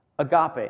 Agape